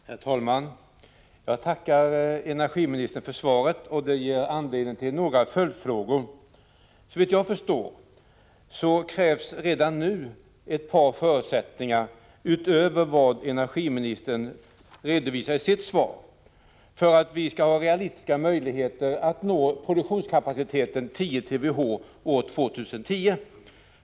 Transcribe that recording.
Herr talman! Jag tackar energiministern för svaret, vilket ger anledning till några följdfrågor. Såvitt jag förstår krävs det redan nu ett par förutsättningar utöver vad energiministern redovisar i sitt svar för att vi verkligen skall ha möjlighet att nå en produktionskapacitet om 10 TWh år 2010.